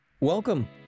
Welcome